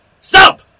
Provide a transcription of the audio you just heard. stop